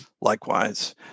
Likewise